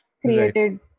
created